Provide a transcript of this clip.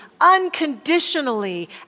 unconditionally